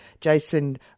Jason